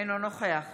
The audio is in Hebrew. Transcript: אינו נוכח